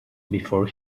before